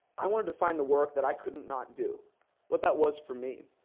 i wanted to find the work that i couldn't not do what that was for me.